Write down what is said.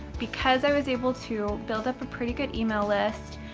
because i was able to build up a pretty good email list,